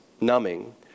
numbing